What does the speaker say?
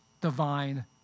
divine